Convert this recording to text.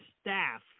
staff